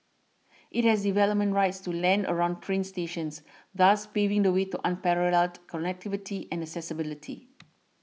it has development rights to land around train stations thus paving the way to unparalleled connectivity and accessibility